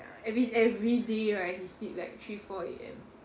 ya every everyday right he sleep like three four A_M